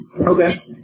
Okay